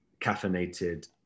caffeinated